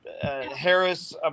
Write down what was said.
Harris